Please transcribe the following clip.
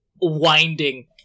Winding